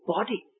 Body